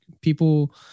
people